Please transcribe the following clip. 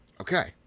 Okay